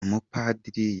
umupadiri